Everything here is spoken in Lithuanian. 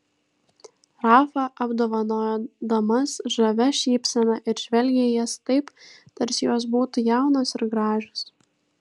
rafa apdovanojo damas žavia šypsena ir žvelgė į jas taip tarsi jos būtų jaunos ir gražios